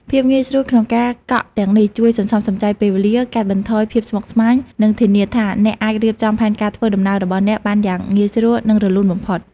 ភាពងាយស្រួលក្នុងការកក់ទាំងនេះជួយសន្សំសំចៃពេលវេលា កាត់បន្ថយភាពស្មុគស្មាញ និងធានាថាអ្នកអាចរៀបចំផែនការធ្វើដំណើររបស់អ្នកបានយ៉ាងងាយស្រួល និងរលូនបំផុត។